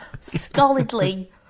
stolidly